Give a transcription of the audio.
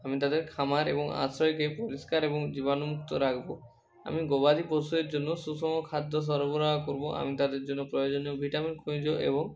আমি তাদের খামার এবং আশ্রয়কে পরিষ্কার এবং জীবাণুমুক্ত রাখবো আমি গবাদি পশুদের জন্য সুষম খাদ্য সববরাহ করবো আমি তাদের জন্য প্রয়োজনীয় ভিটামিন খনিজ এবং